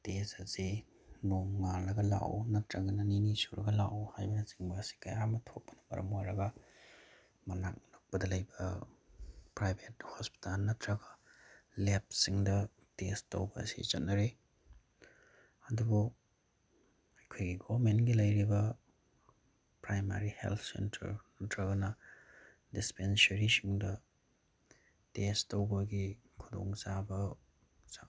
test ꯑꯁꯤ ꯅꯣꯡꯉꯥꯜꯂꯒ ꯂꯥꯛꯎ ꯅꯠꯇ꯭ꯔꯒꯅ ꯅꯤꯅꯤ ꯁꯨꯔꯒ ꯂꯥꯛꯎ ꯍꯥꯏꯕꯅꯆꯤꯡꯕ ꯀꯌꯥ ꯑꯁꯤ ꯊꯣꯛꯄꯅ ꯃꯔꯝ ꯑꯣꯏꯔꯒ ꯃꯅꯥꯛ ꯅꯛꯄꯗ ꯂꯩꯕ ꯄ꯭ꯔꯥꯏꯚꯦꯠ ꯍꯣꯁꯄꯤꯇꯥꯜ ꯅꯠꯇ꯭ꯔꯒ ꯂꯦꯞꯁꯤꯡꯗ ꯇꯦꯁ ꯇꯧꯕ ꯑꯁꯤ ꯆꯠꯅꯔꯦ ꯑꯗꯨꯕꯨ ꯑꯩꯈꯣꯏꯒꯤ ꯒꯣꯕꯔꯃꯦꯟꯒꯤ ꯂꯩꯔꯤꯕ ꯄ꯭ꯔꯥꯏꯃꯥꯔꯤ ꯍꯦꯜꯠ ꯁꯦꯟꯇꯔ ꯅꯠꯇ꯭ꯔꯒꯅ ꯗꯤꯁꯄꯦꯟꯁꯔꯤꯁꯤꯡꯗ ꯇꯦꯁ ꯇꯧꯕꯒꯤ ꯈꯨꯗꯣꯡ ꯆꯥꯕ